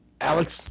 Alex